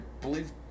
believe